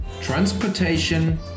transportation